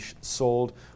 sold